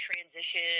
transition